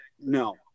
no